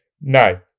no